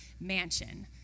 Mansion